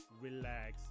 relax